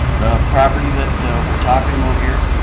the property that we're talking about here,